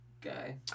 guy